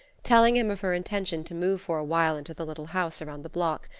telling him of her intention to move for a while into the little house around the block,